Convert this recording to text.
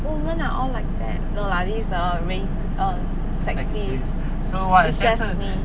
women are all like that no lah this is a race err sexist it's just me